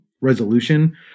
resolution